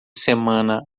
semana